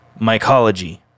mycology